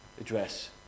address